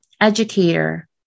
educator